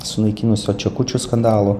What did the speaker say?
sunaikinusio čekučių skandalo